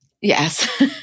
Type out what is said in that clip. Yes